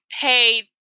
Pay